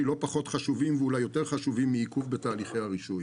לא פחות חשובים ואולי אף יותר חשובים מעיכוב בתהליכי הרישוי.